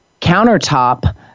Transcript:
countertop